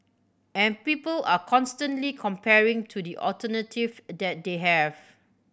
and people are constantly comparing to the alternative that they have